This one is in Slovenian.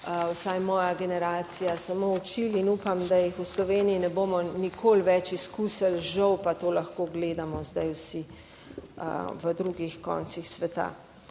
vsaj moja generacija samo učili. In upam, da jih v Sloveniji ne bomo nikoli več izkusili. Žal pa to lahko gledamo zdaj vsi. V drugih koncih sveta.